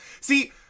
See